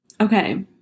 okay